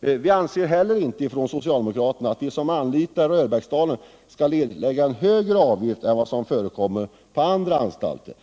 Vi socialdemokrater anser att de som anlitar Röbäcksdalen för analyser inte skall erlägga en högre avgift än vad som förekommer vid andra anstalter.